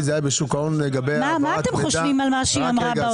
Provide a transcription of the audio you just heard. מה אתם חושבים על מה שהיא אמרה,